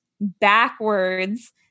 backwards